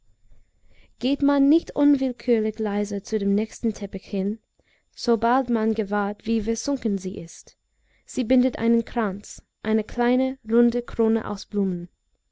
geht man nicht unwillkürlich leiser zu dem nächsten teppich hin sobald man gewahrt wie versunken sie ist sie bindet einen kranz eine kleine runde krone aus blumen